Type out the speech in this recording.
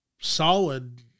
solid